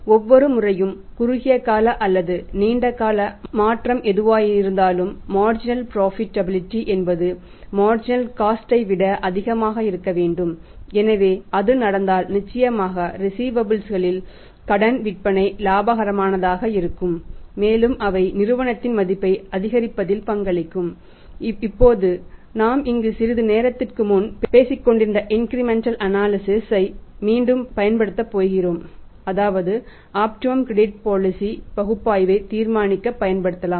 ஒவ்வொரு முறையும் குறுகிய காலம் அல்லது நீண்ட கால மாற்றம் எதுவாயிருந்தாலும் மார்ஜினல் புரோஃபிட் பகுப்பாய்வை தீர்மானிக்க பயன்படுத்தலாம்